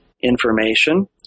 information